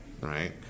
right